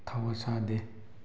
ꯊꯧꯋꯥ ꯁꯥꯗꯦ